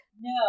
No